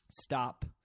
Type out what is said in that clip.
stop